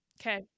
Okay